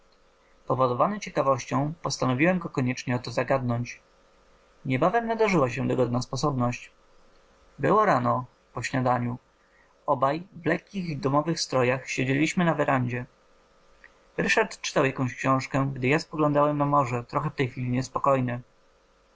powodowany ciekawością postanowiłem go koniecznie o to zagadnąć niebawem nadarzyła się dogodna sposobność było rano po śniadaniu obaj w lekkich domowych strojach siedzieliśmy na werandzie ryszard czytał jakąś książkę gdy ja spoglądałem na morze trochę w tej chwili niespokojne